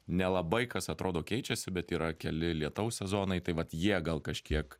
nelabai kas atrodo keičiasi bet yra keli lietaus sezonai tai vat jie gal kažkiek